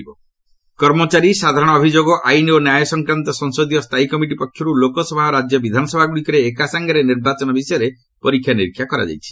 simultaneous election କର୍ମଚାରୀ ସାଧାରଣ ଅଭିଯୋଗ ଆଇନ ଓ ନ୍ୟାୟ ସଂକ୍ରାନ୍ତ ସଂସଦୀୟ ସ୍ଥାୟୀ କମିଟି ପକ୍ଷରୁ ଲୋକସଭା ଓ ରାଜ୍ୟ ବିଧାନସଭାଗୁଡ଼ିକରେ ଏକାସାଙ୍ଗରେ ନିର୍ବାଚନ ବିଷୟରେ ପରୀକ୍ଷା ନିରୀକ୍ଷା କରାଯାଇଛି